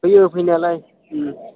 फैयो फैनायालाय